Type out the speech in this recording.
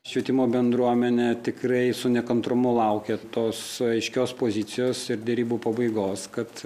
švietimo bendruomenė tikrai su nekantrumu laukia tos aiškios pozicijos ir derybų pabaigos kad